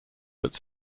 but